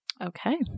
Okay